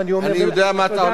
אני יודע מה אתה הולך לומר,